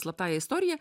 slaptąja istorija